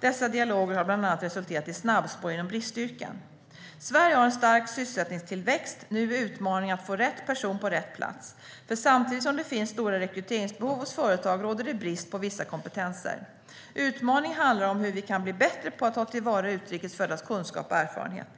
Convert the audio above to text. Dessa dialoger har bland annat resulterat i snabbspår inom bristyrken. Sverige har en stark sysselsättningstillväxt: Nu är utmaningen att få rätt person på rätt plats. För samtidigt som det finns stora rekryteringsbehov hos företag råder det brist på vissa kompetenser. Utmaningen handlar om hur vi kan bli bättre på att ta till vara utrikes föddas kunskap och erfarenhet.